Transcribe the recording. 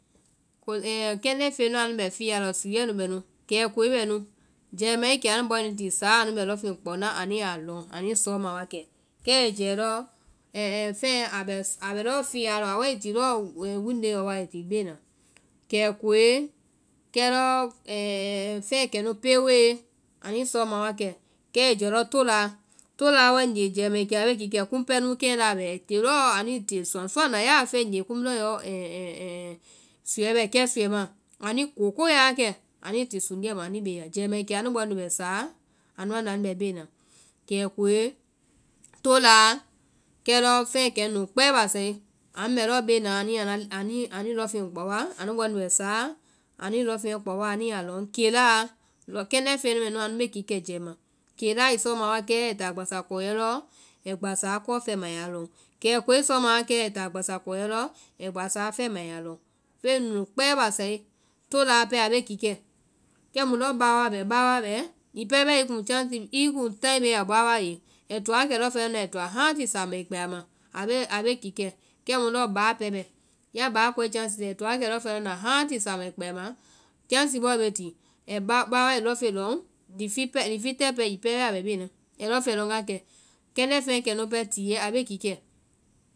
kɛndɛ́ feŋɛ nu anu bɛ fiya lɔ, suɛɛ nu bɛ nu, kɛɛkoe bɛ nu, jɛima a kee anu bɔɛ nu bɛ saɔ anu bɛ lɔŋfeŋ kpao naã anu ya lɔ, anui sɔma wa kɛ. Kɛ ai jɛɛlɔ, feŋɛ a bɛ- a bɛ lɔɔ fiya lɔ, a wae ti lɔɔ wundee yɔ wa ai ti bee na. Kɛkoe, kɛ lɔ feŋ kɛnu pewoe, anui sɔma wa kɛ, kɛ ai jɛɛ lɔ toláa, toláa waigee jɛima a kee a be kiɛ, kumu pɛɛ nuu keŋɛ laa bɛ, ai ti lɔɔ, anuĩ ti suwaŋ suwaŋ na ya a fɛɛ nyee kiimu lɔɔ suɛ bɛ, kɛ suɛ ma, anuĩ koko ya wa kɛ, anuĩ ti sunduɛ ma ani beea. Jɛima i ke anu bɔɛ nu bɛ saɔ, anuã nu wae anu bɛ bee na, kɛkoe, toláa, kɛ lɔ feŋɛ kɛ mu kpɛɛ bsae, anu bɛ lɔɔ bee na wa anuã anui lɔŋfeŋ kpao, anu bɔɛ nu bɛ saa, anuĩ lɔŋfeŋɛ kpao wa anu yaa lɔŋ. Keláa, kɛndɛ́ feŋɛ nu mɛ nu anu be kikɛ jɛima. Keláa i sɔma wa kɛ ai táa gbasa kɔiɛ lɔ ai kɔ fɛma a yaa lɔŋ, kɛkoe i sɔma wa ai táa gbasa kɔiɛ lɔ ai gbasaa fɛma ai ya lɔŋ, feŋ bhii nu nu kpɛ basae, toláa pɛɛ a be kikɛ, kɛmu lɔɔ báwaa bɛ, báwaa bɛɛ, hiŋi pɛɛ bɛɛ i kuŋ i kuŋ taĩ beya báwaa ye, ai to wakɛ lɔŋfeŋɛ na ai toa hãti samaãĩ kpɛ. Kɛ mu báa pɛɛ bɛ, ya báa kɔe chasi ai to wa kɛ lɔŋfeŋɛ lɔn na hãti samaãĩ kpɛ ama, chasi bɔɔ be to, kɛndɛ́ fɛɛ kɛnu pɛɛ tiɛɛ a be kikɛ.